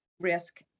risk